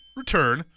return